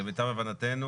למיטב הבנתנו,